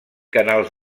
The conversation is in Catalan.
canals